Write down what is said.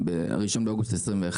ב-01 באוגוסט 2021,